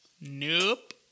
nope